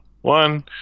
one